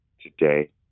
today